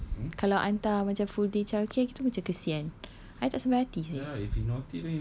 kan kalau hantar macam full day childcare tu macam kesian I tak sampai hati seh